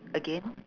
again